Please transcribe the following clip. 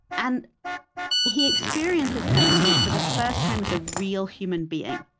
and he experiences her, i think, for the first time, as a real human being,